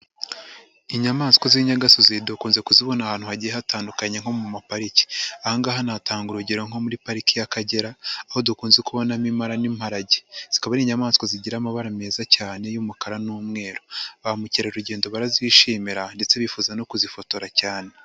Inyamaswa z'inyagasozi dukunze kuzibona ahantu hagiye hatandukanye nko mu mapariki. Ahangaha natanga urugero nko muri pariki y'Akagera, aho dukunze kubonamo impara n'imparage zikaba ari inyamaswa zigira amabara meza cyane y'umukara n'umweru. Ba mukerarugendo barazishimira ndetse bifuza no kuzifotora cyane.